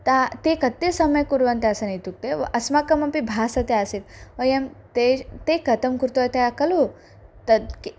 ता ते कथं सम्यक् कुर्वन्ति आसन् इत्युक्ते अस्माकमपि भासते आसीत् वयं ते ते कथं कृतवत्याः खलु तत्किं